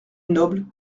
nobles